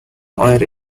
were